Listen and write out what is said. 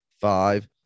five